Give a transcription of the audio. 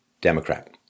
Democrat